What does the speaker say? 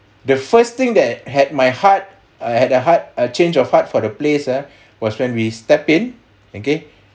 the first thing that had my heart I had a heart a change of heart for the place ah was when we step in okay